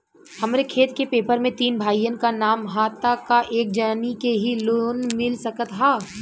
हमरे खेत के पेपर मे तीन भाइयन क नाम ह त का एक जानी के ही लोन मिल सकत ह?